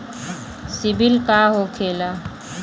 सीबील का होखेला?